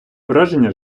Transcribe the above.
враження